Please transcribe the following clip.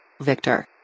Victor